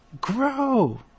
grow